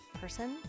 person